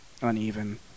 uneven